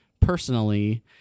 personally